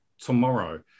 Tomorrow